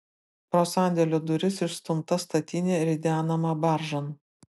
pro sandėlio duris išstumta statinė ridenama baržon